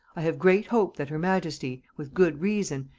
i have great hope that her majesty, with good reason,